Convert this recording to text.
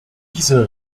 dieser